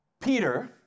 Peter